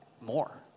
More